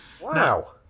Wow